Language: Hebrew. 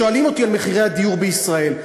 שואלים אותי על מחירי הדיור בישראל,